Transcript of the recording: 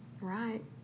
Right